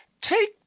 Take